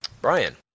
Brian